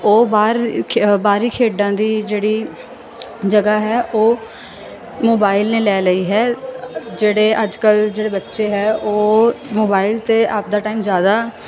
ਉਹ ਬਾਹਰ ਖ ਬਾਹਰੀ ਖੇਡਾਂ ਦੀ ਜਿਹੜੀ ਜਗ੍ਹਾ ਹੈ ਉਹ ਮੋਬਾਈਲ ਨੇ ਲੈ ਲਈ ਹੈ ਜਿਹੜੇ ਅੱਜ ਕੱਲ੍ਹ ਜਿਹੜੇ ਬੱਚੇ ਹੈ ਉਹ ਮੋਬਾਈਲ 'ਤੇ ਆਪਦਾ ਟਾਈਮ ਜ਼ਿਆਦਾ